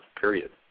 period